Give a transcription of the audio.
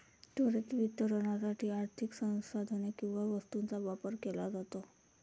त्वरित वितरणासाठी आर्थिक संसाधने किंवा वस्तूंचा व्यापार केला जातो